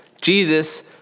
Jesus